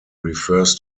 refers